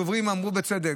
ואמרו הדוברים בצדק,